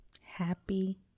happy